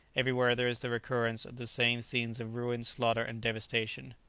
everywhere there is the recurrence of the same scenes of ruin, slaughter, and devastation.